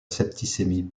septicémie